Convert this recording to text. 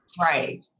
right